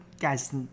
guys